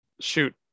Shoot